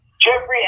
Jeffrey